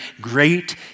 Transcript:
Great